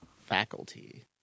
faculty